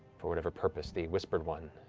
for whatever purpose the whispered one,